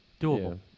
doable